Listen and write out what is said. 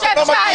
מה יש לך?